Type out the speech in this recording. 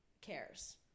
cares